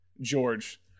George